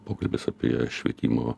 pokalbis apie švietimo